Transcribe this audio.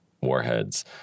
warheads